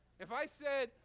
if i said,